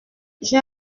j’ai